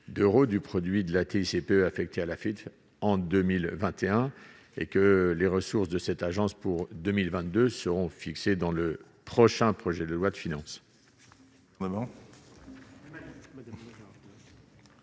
d'euros du produit de la TICPE, affectée à l'AFITF en 2021 et que les ressources de cette agence pour 2022 seront fixés dans le prochain projet de loi de finances.